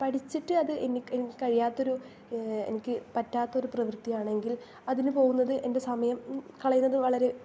പഠിച്ചിട്ട് അത് എനിക്ക് കഴിയാത്ത ഒരു എനിക്ക് പറ്റാത്ത ഒരു പ്രവൃത്തിയാണെങ്കിൽ അതിന് പോവുന്നത് എൻ്റെ സമയം കളയുന്നത് വളരെ